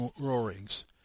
roarings